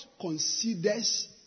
considers